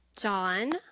John